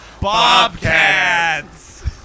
Bobcats